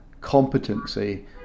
competency